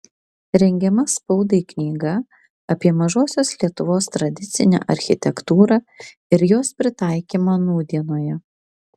rengiama spaudai knyga apie mažosios lietuvos tradicinę architektūrą ir jos pritaikymą nūdienoje